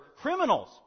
criminals